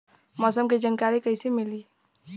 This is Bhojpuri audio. मौसम के जानकारी कैसे मिली?